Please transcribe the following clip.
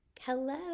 Hello